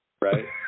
right